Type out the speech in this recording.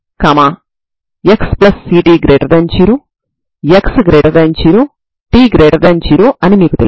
ఇది పై సమీకరణానికి సాధారణ పరిష్కారం అవుతుంది